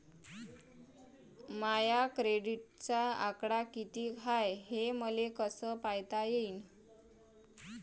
माया क्रेडिटचा आकडा कितीक हाय हे मले कस पायता येईन?